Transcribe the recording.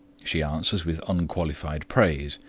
she answers with unqualified praise,